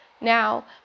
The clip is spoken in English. Now